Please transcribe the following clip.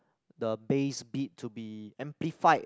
the base beat to be amplified